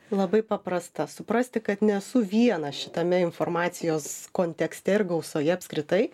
labai paprasta suprasti kad nesu vienas šitame informacijos kontekste ir gausoje apskritai